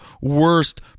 worst